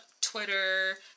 Twitter